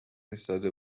ایستاده